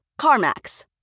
CarMax